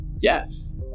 Yes